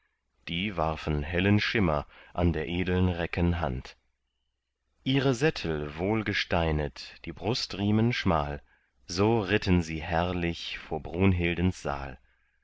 die warfen hellen schimmer an der edeln recken hand ihre sättel wohlgesteinet die brustriemen schmal so ritten sie herrlich vor brunhildens saal